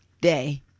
day